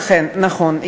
נכון,